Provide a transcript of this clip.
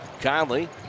Conley